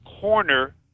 corner